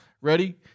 Ready